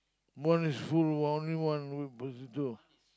one is full but only one with potato